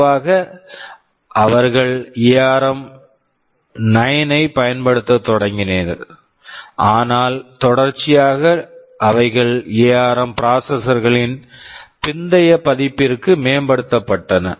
பொதுவாக அவர்கள் ARM nine ARM 9 ஐ பயன்படுத்தத் தொடங்கினர் ஆனால் தொடர்ச்சியாக அவைகள் எஆர்ம் ARM ப்ராசெசர் processor களின் பிந்தைய பதிப்பிற்கு மேம்படுத்தப்பட்டன